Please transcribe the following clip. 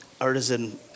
Artisan